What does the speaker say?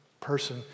person